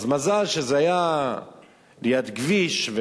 אז מזל שזה היה ליד כביש.